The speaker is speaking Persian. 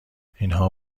اینها